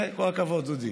כל הכבוד, דודי,